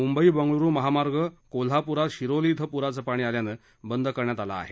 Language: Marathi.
मुंबई बंगळुरु महामार्ग कोल्हापूरात शिरोली क्रि पुराचं पाणी आल्यानं बदं करण्यात आलं आहे